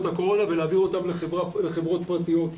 הקורונה ולהעביר אותן לחברות פרטיות,